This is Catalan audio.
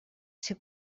ser